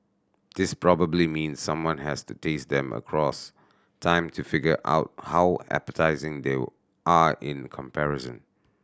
this probably means someone has to taste them across time to figure out how appetising they are in comparison